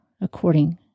according